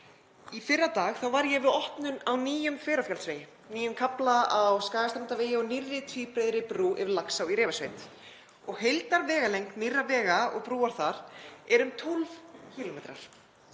Í fyrradag var ég við opnun á nýjum Þverárfjallsvegi, nýjum kafla á Skagastrandarvegi og nýrri tvíbreiðri brú yfir Laxá í Refasveit. Heildarvegalengd nýrra vega og brúar þar er um 12 km.